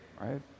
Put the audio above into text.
right